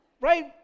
right